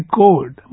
code